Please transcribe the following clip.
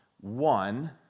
One